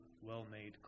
well-made